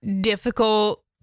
difficult